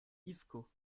iveco